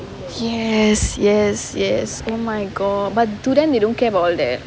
yes yes yes oh my god but to them they don't care about all that